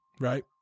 right